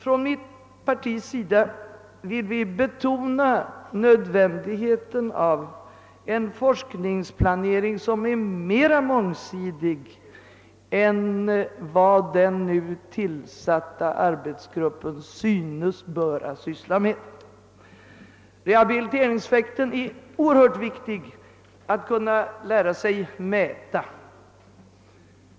Från mitt partis sida vill vi betona nödvändigheten av en forskningsplanering som är mera mångsidig än vad den nu tillsatta arbetsgruppen synes vilja syssla med. Det är oerhört viktigt att lära sig mäta rehabiliteringseffekten.